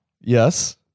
Yes